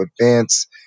advance